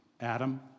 Adam